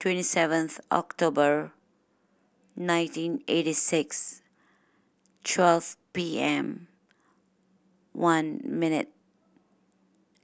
twenty seventh October nineteen eighty six twelve P M One minute